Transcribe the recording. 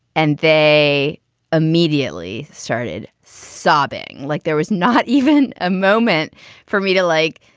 and they immediately started sobbing like there was not even a moment for me to like